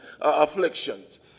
afflictions